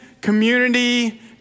community